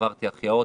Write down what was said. עברתי החייאות,